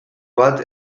bat